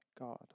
God